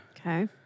Okay